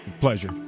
Pleasure